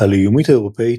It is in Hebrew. הלאומיות האירופאית,